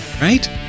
Right